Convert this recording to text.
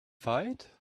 fight